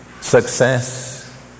success